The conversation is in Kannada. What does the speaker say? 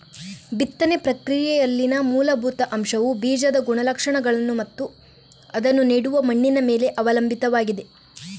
ಬಿತ್ತನೆ ಪ್ರಕ್ರಿಯೆಯಲ್ಲಿನ ಮೂಲಭೂತ ಅಂಶವುಬೀಜದ ಗುಣಲಕ್ಷಣಗಳನ್ನು ಮತ್ತು ಅದನ್ನು ನೆಡುವ ಮಣ್ಣಿನ ಮೇಲೆ ಅವಲಂಬಿತವಾಗಿದೆ